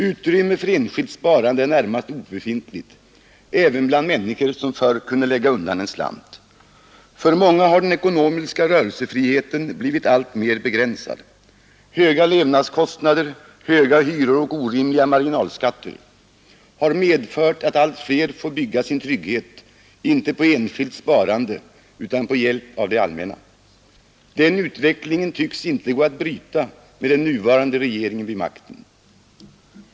Utrymme för enskilt sparande är närmast obefintligt även bland människor som förr kunde lägga undan en slant. För många har den ekonomiska rörelsefriheten blivit alltmer begränsad. Höga levnadskostnader, höga hyror och orimliga marginalskatter har medfört att allt fler får bygga sin trygghet inte på enskilt sparande utan på hjälp av det allmänna. Den utvecklingen tycks inte gå att bryta med den nuvarande regeringen vid makten.